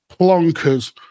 plonkers